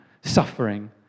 suffering